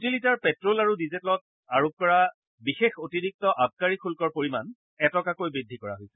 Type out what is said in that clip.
প্ৰতি litre petrol আৰু ডিজেলত আৰোপ কৰা বিশেষ অতিৰিক্ত আবকাৰী শুল্কৰ পৰিমাণ এটকাকৈ বৃদ্ধি কৰা হৈছে